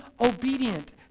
obedient